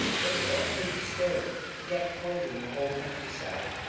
so carefully bestowed, had yet poisoned the whole countryside.